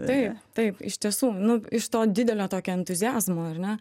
taip taip iš tiesų nu iš to didelio tokio entuziazmo ar ne